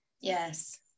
Yes